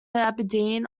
aberdeen